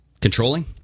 controlling